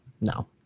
No